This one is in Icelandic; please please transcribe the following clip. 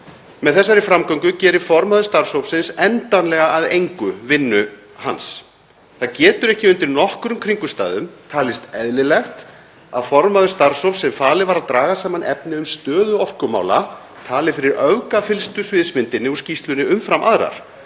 Með þessari framgöngu gerir formaður starfshópsins endanlega að engu vinnu hans. Það getur ekki undir nokkrum kringumstæðum talist eðlilegt að formaður starfshóps sem falið var að draga saman efni um stöðu orkumála tali fyrir öfgafyllstu sviðsmyndinni úr skýrslunni umfram aðrar,